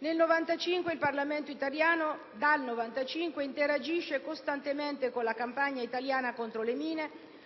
Dal 1995 il Parlamento italiano interagisce costantemente con la campagna italiana contro le mine